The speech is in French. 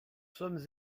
sommes